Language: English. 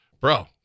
bro